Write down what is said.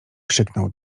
krzyknął